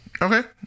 okay